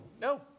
No